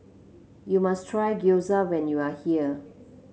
you must try Gyoza when you are here